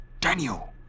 Daniel